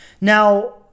Now